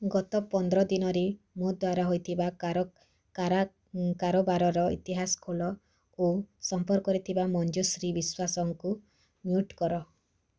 ଗତ ପନ୍ଦର ଦିନରେ ମୋ ଦ୍ୱାରା ହୋଇଥିବା କାରବାରର ଇତିହାସ ଖୋଲ ଓ ସମ୍ପର୍କରେ ଥିବା ମଞ୍ଜୁଶ୍ରୀ ବିଶ୍ୱାସଙ୍କୁ ମ୍ୟୁଟ୍ କର